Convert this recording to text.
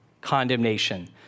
condemnation